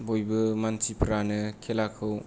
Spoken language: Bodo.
बयबो मानसिफ्रानो खेलाखौ